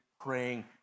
praying